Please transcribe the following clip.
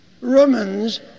Romans